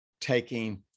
taking